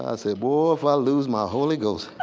i said boy if i lose my holy ghost.